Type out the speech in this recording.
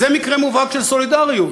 זה מקרה מובהק של סולידריות.